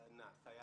הזנה, סייעת.